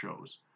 shows